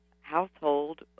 household